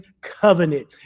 covenant